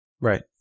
Right